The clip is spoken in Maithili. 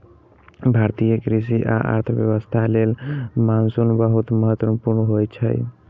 भारतीय कृषि आ अर्थव्यवस्था लेल मानसून बहुत महत्वपूर्ण होइ छै